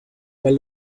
while